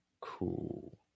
cool